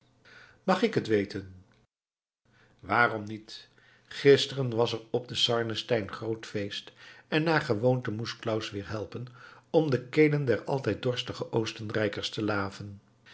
mag ik het weten waarom niet gisteren was er op den sarnenstein groot feest en naar gewoonte moest claus weer helpen om de kelen der altijd dorstige oostenrijkers te laven